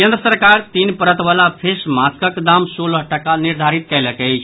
केंद्र सरकार तीन परत वाला फेस मास्कक दाम सोलह टाका निर्धारित कयलक अछि